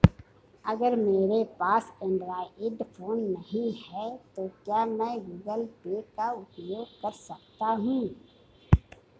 अगर मेरे पास एंड्रॉइड फोन नहीं है तो क्या मैं गूगल पे का उपयोग कर सकता हूं?